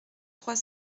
trois